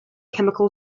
chemical